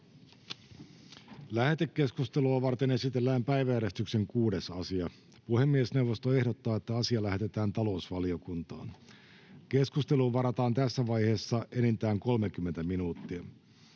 Lähetekeskustelua varten esitellään päiväjärjestyksen 6. asia. Puhemiesneuvosto ehdottaa, että asia lähetetään talousvaliokuntaan. Keskusteluun varataan tässä vaiheessa enintään 30 minuuttia.